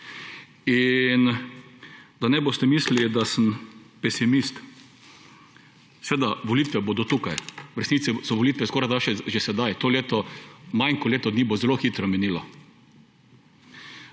Da ne boste mislili, da sem pesimist seveda volitve bodo tukaj v resnici so volitve skoraj, da že sedaj, to leto manj kot leto dni bo zelo hitro minilo.